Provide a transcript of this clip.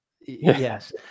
Yes